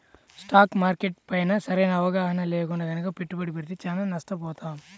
stock market పైన సరైన అవగాహన లేకుండా గనక పెట్టుబడి పెడితే చానా నష్టపోతాం